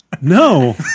No